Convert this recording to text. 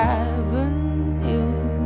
avenue